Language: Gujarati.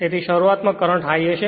તેથી શરૂઆતમાં કરંટ હાઇ હશે